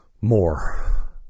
more